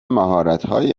مهارتهایی